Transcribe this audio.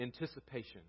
anticipation